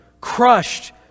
crushed